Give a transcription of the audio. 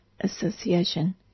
Association